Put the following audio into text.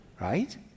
right